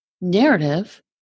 narrative